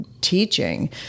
teaching